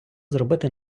зробити